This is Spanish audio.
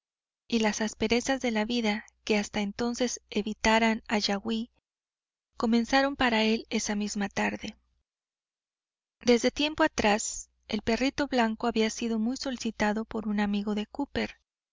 y las asperezas de la vida que hasta entonces evitaran a yaguaí comenzaron para él esa misma tarde desde tiempo atrás el perrito blanco había sido muy solicitado por un amigo de cooper